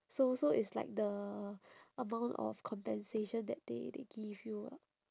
so so it's like the amount of compensation that they they give you ah